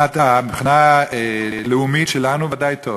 מהבחינה הלאומית שלנו ודאי טוב.